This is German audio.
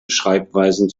schreibweisen